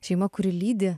šeima kuri lydi